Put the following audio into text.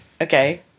Okay